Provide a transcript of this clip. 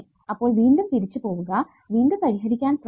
അപ്പോൾ വീണ്ടും തിരിച്ചു പോവുക വീണ്ടും പരിഹരിക്കാൻ ശ്രമിക്കുക